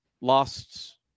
lost